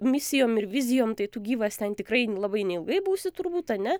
misijom ir vizijom tai tu gyvas ten tikrai labai neilgai būsi turbūt ane